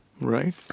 Right